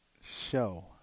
Show